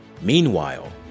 Meanwhile